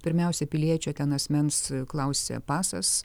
pirmiausia piliečio ten asmens klausia pasas